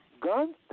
guns